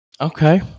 Okay